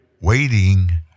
Waiting